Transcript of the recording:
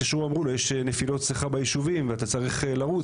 התקשרו ואמרו לו יש נפילות אצלך ביישובים ואתה צריך לרוץ.